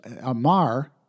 Amar